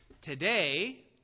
Today